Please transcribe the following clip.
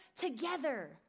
together